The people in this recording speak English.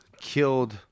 killed